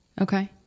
Okay